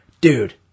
dude